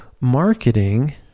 marketing